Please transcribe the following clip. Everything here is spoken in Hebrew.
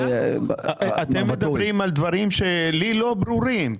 אתם מדברים על דברים שלי לא ברורים.